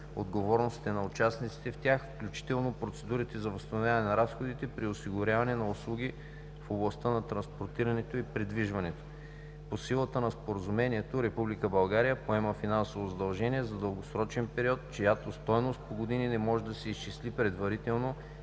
отговорностите на участниците в тях, включително процедурите за възстановяване на разходите при осигуряване на услуги в областта на транспортирането и придвижването. По силата на Споразумението Република България поема финансово задължение за дългосрочен период, чиято стойност по години не може да се изчисли предварително